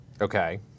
Okay